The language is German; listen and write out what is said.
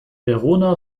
verona